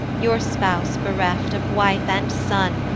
your spouse bereft of wife and son,